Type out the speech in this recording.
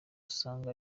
asanga